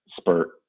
spurt